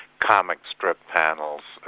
comic strip panels,